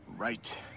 right